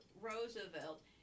Roosevelt